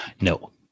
No